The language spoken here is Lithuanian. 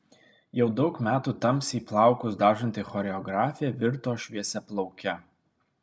jau daug metų tamsiai plaukus dažanti choreografė virto šviesiaplauke